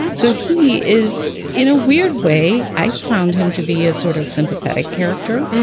and so he is in a weird way. i found him to be a sort of sympathetic character.